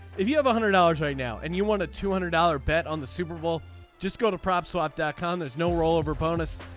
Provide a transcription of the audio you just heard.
if you have a hundred dollars right now and you want a two hundred dollar bet on the super bowl just go to prop swap scam. um there's no rollover bonus.